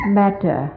matter